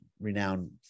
renowned